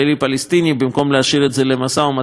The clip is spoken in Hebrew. במקום להשאיר את זה למשא-ומתן ישיר.